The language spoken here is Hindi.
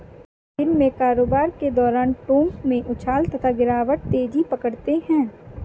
दिन में कारोबार के दौरान टोंक में उछाल तथा गिरावट तेजी पकड़ते हैं